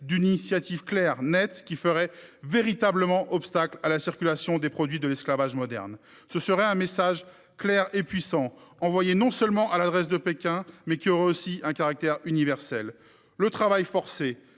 d'une initiative claire, nette, qui ferait véritablement obstacle à la circulation des produits de l'esclavage moderne. Ce serait un message puissant envoyé à Pékin, mais qui aurait aussi un caractère universel. Le travail forcé